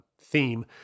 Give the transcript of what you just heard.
theme